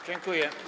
Dziękuję.